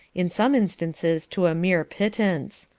in some instances to a mere pittance.